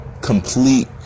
complete